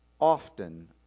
often